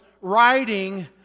writing